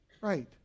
Right